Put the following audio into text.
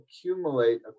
accumulate